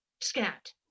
scat